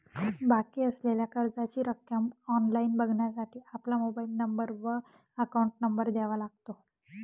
बाकी असलेल्या कर्जाची रक्कम ऑनलाइन बघण्यासाठी आपला मोबाइल नंबर व अकाउंट नंबर द्यावा लागतो